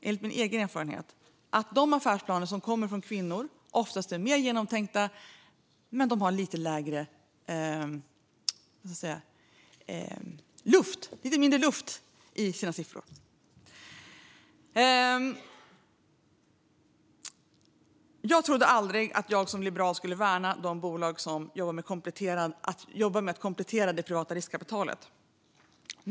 Enligt min erfarenhet är de affärsplaner som kommer från kvinnor mer genomtänkta, men de har lite mindre luft i sina siffror. Jag trodde aldrig att jag som liberal skulle värna de bolag som jobbar med att komplettera det privata riskkapitalet.